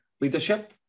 leadership